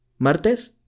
martes